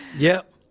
yep.